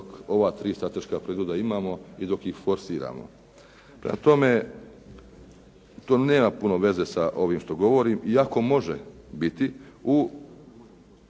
dok ova tri strateška proizvoda imamo i dok ih forsiramo. Prema tome to nema puno veze sa ovim što govorim iako može biti u